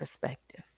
perspective